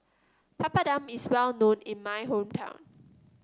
Papadum is well known in my hometown